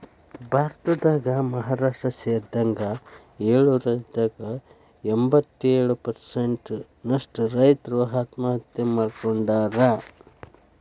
ಭಾರತದಾಗ ಮಹಾರಾಷ್ಟ್ರ ಸೇರಿದಂಗ ಏಳು ರಾಜ್ಯದಾಗ ಎಂಬತ್ತಯೊಳು ಪ್ರಸೆಂಟ್ ನಷ್ಟ ರೈತರು ಆತ್ಮಹತ್ಯೆ ಮಾಡ್ಕೋತಾರ